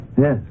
Yes